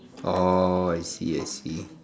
orh I see I see